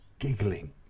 Giggling